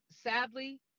sadly